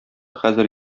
хәзер